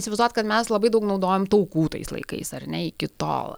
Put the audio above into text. įsivaizduot kad mes labai daug naudojam taukų tais laikais ar ne iki tol